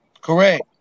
Correct